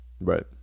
Right